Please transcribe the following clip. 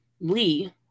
Lee